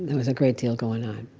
was a great deal going on